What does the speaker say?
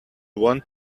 want